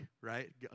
right